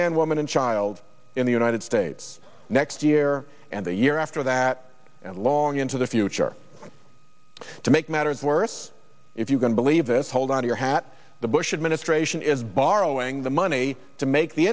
man woman and child in the united states next year and the year after that long into the future to make matters worse if you can believe this hold on your hat the bush administration is borrowing the money to make the